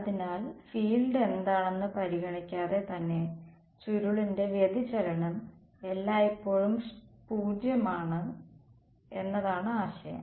അതിനാൽ ഫീൽഡ് എന്താണെന്നത് പരിഗണിക്കാതെ തന്നെ ചുരുളിന്റെ വ്യതിചലനം എല്ലായ്പ്പോഴും 0 ആണ് എന്നതാണ് ആശയം